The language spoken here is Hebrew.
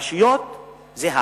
והרשויות זה העם.